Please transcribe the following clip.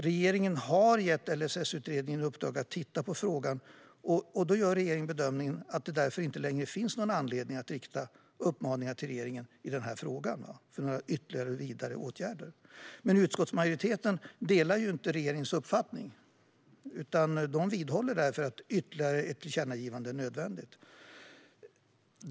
Regeringen har gett LSS-utredningen i uppdrag att titta på frågan och gör bedömningen att det därför inte längre finns någon anledning att rikta uppmaningar om ytterligare åtgärder. Utskottsmajoriteten delar dock inte regeringens uppfattning utan vidhåller att ytterligare ett tillkännagivande är nödvändigt.